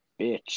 bitch